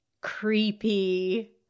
creepy